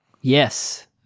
Yes